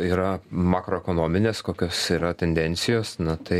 yra makroekonominės kokios yra tendencijos na tai